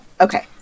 Okay